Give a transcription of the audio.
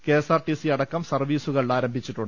KSRTC അടക്കം സർവീസുകൾ ആരംഭിച്ചു